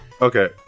Okay